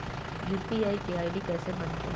UPI के ID कैसे बनतई?